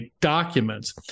documents